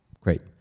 Great